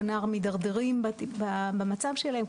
או הנער מתדרדרים במצב שלהם,